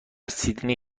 سیدنی